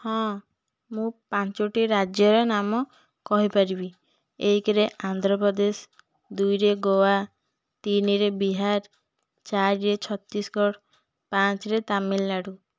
ହଁ ମୁଁ ପାଞ୍ଚଟି ରାଜ୍ୟର ନାମ କହିପାରିବି ଏକରେ ଆନ୍ଧ୍ରପ୍ରଦେଶ ଦୁଇରେ ଗୋଆ ତିନିରେ ବିହାର ଚାରିରେ ଛତିଶଗଡ଼ ପାଞ୍ଚରେ ତାମିଲନାଡ଼ୁ